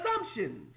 assumptions